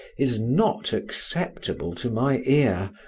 is not acceptable to my ear,